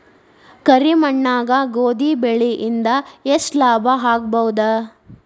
ಕರಿ ಮಣ್ಣಾಗ ಗೋಧಿ ಬೆಳಿ ಇಂದ ಎಷ್ಟ ಲಾಭ ಆಗಬಹುದ?